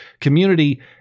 community